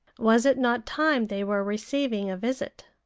was it not time they were receiving a visit?